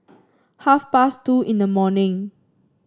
half past two in the morning